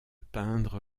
peindre